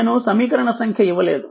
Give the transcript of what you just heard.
నేను సమీకరణ సంఖ్య ఇవ్వలేదు